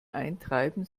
eintreiben